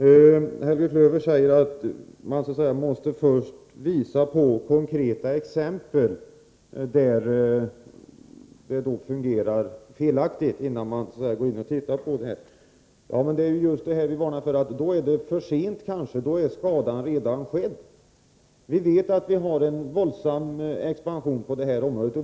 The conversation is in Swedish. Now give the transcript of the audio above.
Fru talman! Helge Klöver säger att man först med vissa konkreta exempel måste visa att övervakningssystemet fungerar på ett felaktigt sätt, innan man kan gå in och göra en översyn. Det är just det vi varnar för — då är det kanske för sent. Då är skadan redan skedd. Vi vet att vi har en våldsam expansion på det här området.